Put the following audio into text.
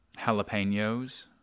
jalapenos